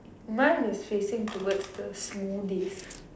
mine is facing towards the smoothie